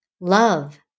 love